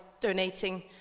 donating